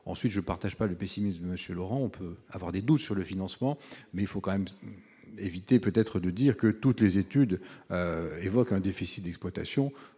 ensuite je partage pas le pessimisme Monsieur Laurent on peut avoir des doutes sur le financement, mais il faut quand même éviter peut-être de dire que toutes les études évoquent un déficit d'exploitation,